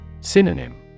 Synonym